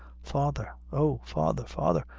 father oh! father, father,